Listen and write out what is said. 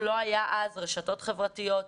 לנו לא היה אז רשתות חברתיות,